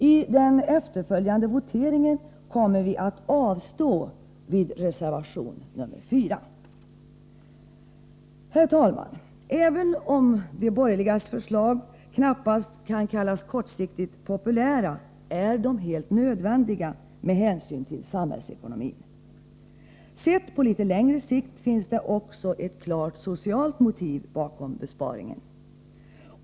I den efterföljande voteringen kommer vi att avstå vid reservation nr 4. Herr talman! Även om de borgerligas förslag knappast kan kallas kortsiktigt populära är de helt nödvändiga med hänsyn till samhällsekonomin. På längre sikt finns det också ett klart socialt motiv bakom besparingen.